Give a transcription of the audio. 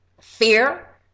fear